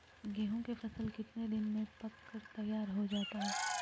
गेंहू के फसल कितने दिन में पक कर तैयार हो जाता है